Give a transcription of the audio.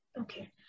Okay